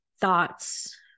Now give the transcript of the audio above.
thoughts